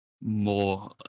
more